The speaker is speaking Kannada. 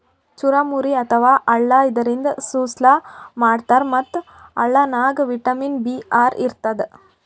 ಚುರಮುರಿ ಅಥವಾ ಅಳ್ಳ ಇದರಿಂದ ಸುಸ್ಲಾ ಮಾಡ್ತಾರ್ ಮತ್ತ್ ಅಳ್ಳನಾಗ್ ವಿಟಮಿನ್ ಬಿ ಆರ್ ಇರ್ತದ್